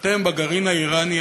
בגרעין האיראני,